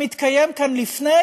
שהתקיים כאן לפני,